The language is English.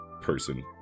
person